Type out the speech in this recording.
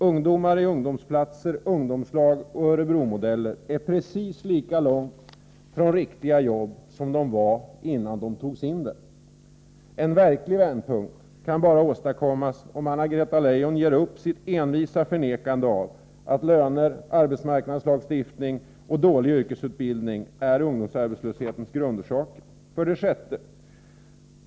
Ungdomarna i ungdomsplat ser, ungdomslag och Örebromodeller är precis lika långt ifrån riktiga jobb som tidigare. En verklig vändpunkt kan bara åstadkommas om Anna-Greta Leijon ger upp sitt envisa förnekande av att löner, arbetsmarknadslagstiftning och dålig yrkesutbildning är ungdomsarbetslöshetens grundorsaker. 6.